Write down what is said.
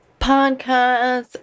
podcast